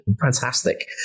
Fantastic